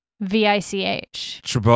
V-I-C-H